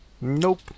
Nope